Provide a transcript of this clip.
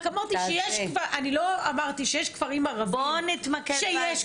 אני רק אומרת שיש כפרים ערביים שיש בהם